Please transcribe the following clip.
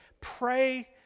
pray